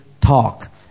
talk